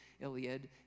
Iliad